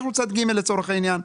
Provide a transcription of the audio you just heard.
אנחנו צד ג' לצורך העניין.